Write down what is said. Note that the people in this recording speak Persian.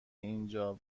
اینجا